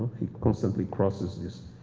he constantly crosses this